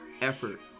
effort